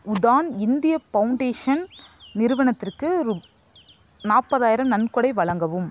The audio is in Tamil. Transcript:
உதான் இந்தியா பவுண்டேஷன் நிறுவனத்திற்கு ரூ நாற்பதாயிரம் நன்கொடை வழங்கவும்